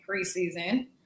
preseason